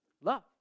Love